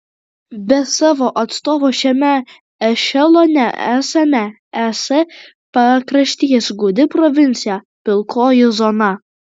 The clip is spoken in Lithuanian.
be savo atstovo šiame ešelone esame es pakraštys gūdi provincija pilkoji zona